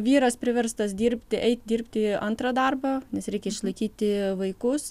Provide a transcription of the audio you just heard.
vyras priverstas dirbti eit dirbti antrą darbą nes reikia išlaikyti vaikus